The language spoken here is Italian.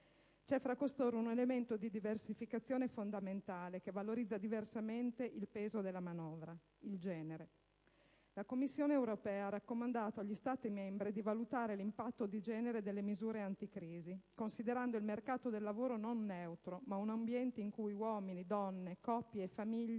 C'è fra costoro un elemento di diversificazione fondamentale, che valorizza diversamente il peso della manovra: il genere. La Commissione europea ha raccomandato agli Stati membri di valutare l'impatto di genere delle misure anticrisi, considerando il mercato del lavoro non neutro, ma un ambiente in cui uomini, donne, coppie e famiglie